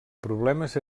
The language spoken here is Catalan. problemes